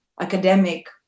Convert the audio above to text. academic